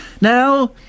Now